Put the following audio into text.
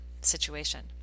situation